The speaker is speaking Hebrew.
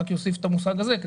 רק להוסיף את המושג הזה.